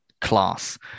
class